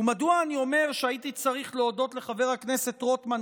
מדוע אני אומר שהייתי צריך להודות לחבר הכנסת רוטמן,